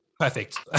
Perfect